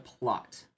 plot